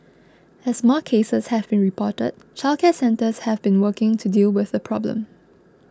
as more cases have been reported childcare centres have been working to deal with the problem